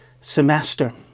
semester